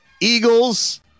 Eagles